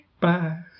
Bye